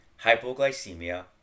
hypoglycemia